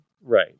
Right